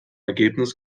ergebnis